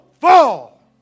fall